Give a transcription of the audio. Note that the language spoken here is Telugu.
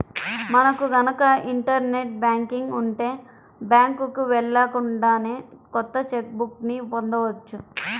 మనకు గనక ఇంటర్ నెట్ బ్యాంకింగ్ ఉంటే బ్యాంకుకి వెళ్ళకుండానే కొత్త చెక్ బుక్ ని పొందవచ్చు